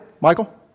Michael